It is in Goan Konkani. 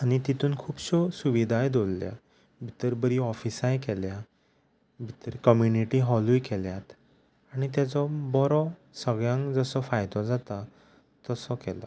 आनी तितून खुबश्यो सुविधाय दोल्ल्या भितर बरीं ऑफिसांय केल्या भितर कम्युनिटी हॉलूय केल्यात आनी ताजो बरो सगळ्यांक जसो फायदो जाता तसो केला